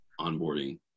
onboarding